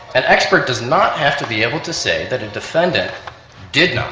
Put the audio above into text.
an expert does not have to be able to say that a defendant did not